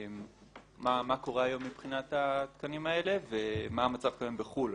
מה קורה היום מבחינת התקנים האלה ומה המצב כיום בחוץ לארץ